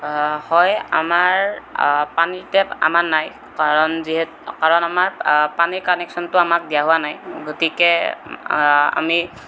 হয় আমাৰ পানীৰ টেপ আমাৰ নাই কাৰণ যিহেতু কাৰণ আমাক পানীৰ কানেকচনটো আমাক দিয়া হোৱা নাই গতিকে আমি